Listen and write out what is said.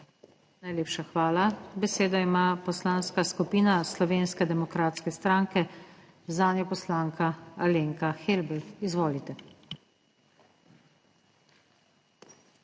Najlepša hvala. Besedo ima Poslanska skupina Slovenske demokratske stranke, zanjo poslanka Alenka Helbl. Izvolite.